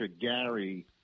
Gary